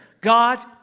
God